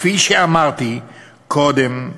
כפי שאמרתי קודם,